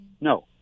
No